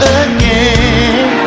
again